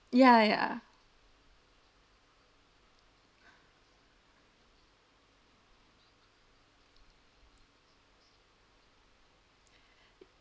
ya ya